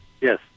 Yes